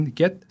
get